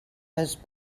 his